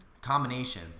combination